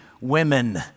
women